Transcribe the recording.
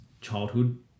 childhood